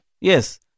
Yes